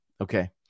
okay